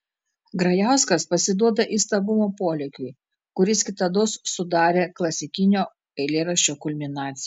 grajauskas pasiduoda įstabumo polėkiui kuris kitados sudarė klasikinio eilėraščio kulminaciją